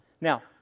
Now